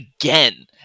again